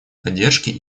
поддержки